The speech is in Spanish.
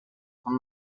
son